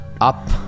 Up